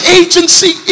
agency